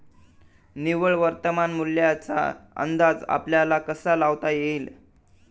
निव्वळ वर्तमान मूल्याचा अंदाज आपल्याला कसा लावता येईल?